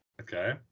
Okay